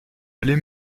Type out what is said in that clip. allez